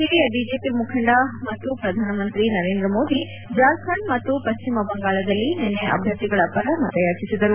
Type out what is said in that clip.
ಹಿರಿಯ ಬಿಜೆಪಿ ಮುಖಂದ ಮತ್ತು ಪ್ರಧಾನಮಂತ್ರಿ ನರೇಂದ್ರ ಮೋದಿ ಜಾರ್ಖಂಡ್ ಮತ್ತು ಪಶ್ಚಿಮ ಬಂಗಾಳದಲ್ಲಿ ನಿನ್ನೆ ಅಭ್ಯರ್ಥಿಗಳ ಪರ ಮತಯಾಚಿಸಿದರು